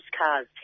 cars